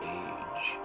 age